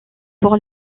pour